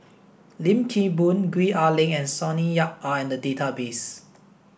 Lim Kim Boon Gwee Ah Leng and Sonny Yap are in the database